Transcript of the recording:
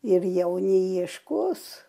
ir jauni ieškos